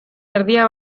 erdia